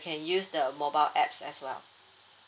can use the mobile apps as well